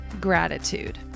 gratitude